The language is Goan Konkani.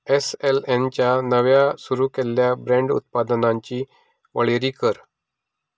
एसएलएनच्या नव्या सुरू केल्ल्या ब्रँड उत्पादनांची वळेरी कर